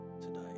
today